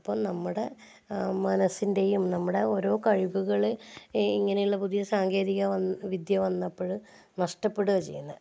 അപ്പോൾ നമ്മുടെ മനസ്സിൻ്റെയും നമ്മുടെ ഓരോ കഴിവുകൾ ഇങ്ങനെയുള്ള പുതിയ സാങ്കേതിക വ് വിദ്യ വന്നപ്പോൾ നഷ്ടപ്പെടുകയാണ് ചെയ്യുന്നത്